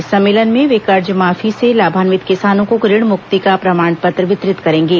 इस सम्मेलन में वे कर्जमाफी से लाभान्वित किसानों को ऋण मुक्ति का प्रमाण पत्र वितरित करेंगे